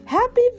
Happy